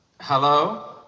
Hello